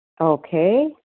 Okay